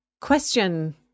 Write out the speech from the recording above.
question